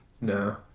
No